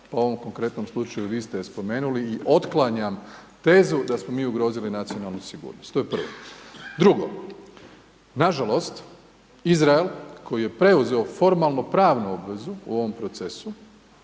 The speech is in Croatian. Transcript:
pa u ovom konkretnom slučaju vi ste je spomenuli i otklanjam tezu da smo mi ugrozili nacionalnu sigurnost, to je prvo. Drugo, nažalost Izrael koji je preuzeo formalnopravnu obvezu ovom procesu,